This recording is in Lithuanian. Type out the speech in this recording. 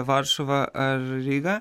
varšuvą ar rygą